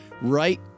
right